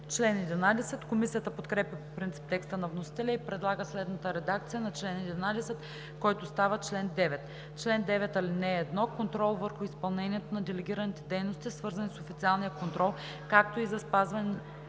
контрол.“ Комисията подкрепя по принцип текста на вносителя и предлага следната редакция на чл. 11, който става чл. 9: „Чл. 9. (1) Контрол върху изпълнението на делегираните дейности, свързани с официалния контрол, както и за спазване